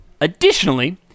Additionally